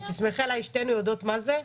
תסמכי עליי, שתינו יודעות מה זה.